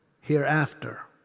hereafter